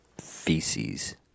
feces